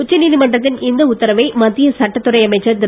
உச்சநீதிமன்றத்தின் இந்த உத்தரவை மத்திய சட்டத்துறை அமைச்சர் திரு